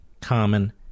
common